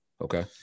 Okay